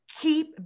Keep